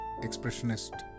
Expressionist